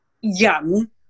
young